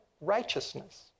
righteousness